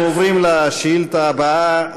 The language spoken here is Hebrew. אנחנו עוברים לשאילתה הבאה.